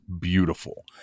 beautiful